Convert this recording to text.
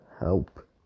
help